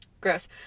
Gross